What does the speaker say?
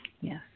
yes